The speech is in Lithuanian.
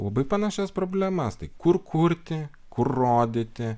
labai panašias problemas tai kur kurti kur rodyti